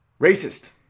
racist